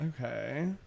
Okay